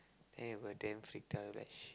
then we were like damn freaked out like sh~